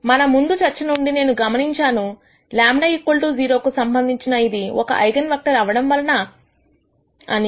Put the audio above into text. మన ముందు చర్చ నుండి నేను గమనించానుλ 0 కు సంబంధించి ఇది ఒక ఐగన్ వెక్టర్ అవ్వడం వలన అని